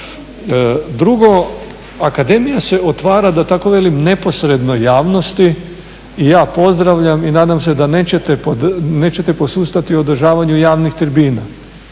Drugo, akademija se otvara da tako velim neposredno javnosti i ja pozdravljam i nadam se da nećete posustati u održavanju javnih tribina.